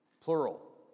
Plural